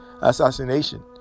assassination